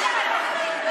לא הצבעה שמית.